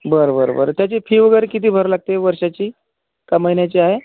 बरं बरं बरं त्याची फी वगैरे किती भरावी लागते वर्षाची का महिन्याची आहे